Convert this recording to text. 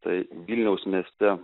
tai vilniaus mieste